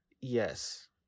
yes